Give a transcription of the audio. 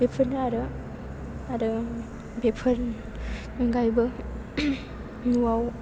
बेफोरनो आरो आरो बेफोरनि अनगायैबो न'आव